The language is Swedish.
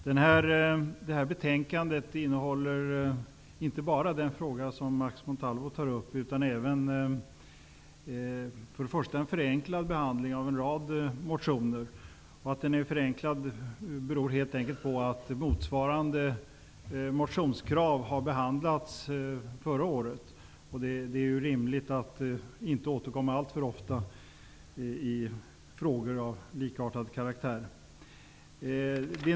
Herr talman! Det här betänkandet innefattar inte bara den fråga som Max Montalvo tar upp, utan även en förenklad behandling av en rad motioner. Att behandlingen är förenklad beror helt enkelt på att motsvarande motionskrav behandlades förra året. Det är rimligt att inte återkomma alltför ofta i frågor av likartad karaktär.